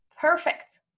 perfect